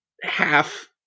half